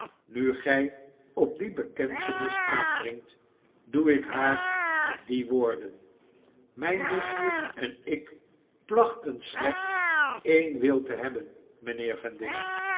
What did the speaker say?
nu gij op die bekentenis aandringt doe ik haar met die woorden mgn nichtje en ik plachten slechts een wil te hebben mpheer vendale